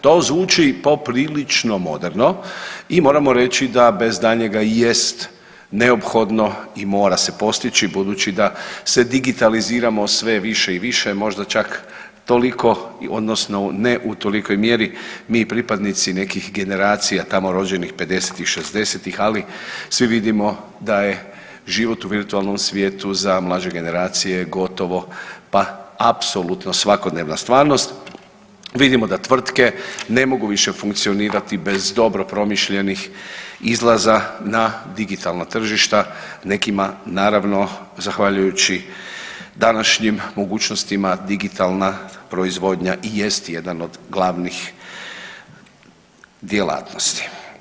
To zvuči poprilično moderno i moramo reći da bez daljnjega i jest neophodno i mora se postići budući da se digitaliziramo sve više i više, možda čak toliko odnosno ne u tolikoj mjeri mi pripadnici nekih generacija tamo rođenih '50.-tih, '60.-tih, ali svi vidimo da je život u virtualnom svijetu za mlađe generacije gotovo pa apsolutno svakodnevna stvarnost, vidimo da tvrtke ne mogu više funkcionirati bez dobro promišljenih izlaza na digitalna tržišta, nekima naravno zahvaljujući današnjim mogućnostima digitalna proizvodnja i jest jedan od glavnih djelatnosti.